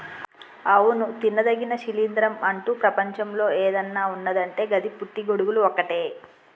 అవును తినదగిన శిలీంద్రం అంటు ప్రపంచంలో ఏదన్న ఉన్నదంటే గది పుట్టి గొడుగులు ఒక్కటే